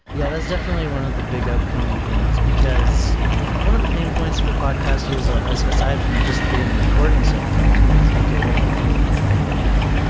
yeah, that's definitely one of the big out coming things, because one of the pain points for podcasters ah ah aside from just getting the recording stuff done, is, okay. what do i do with my audio now?